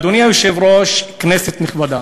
אדוני היושב-ראש, כנסת נכבדה,